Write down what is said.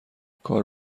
کار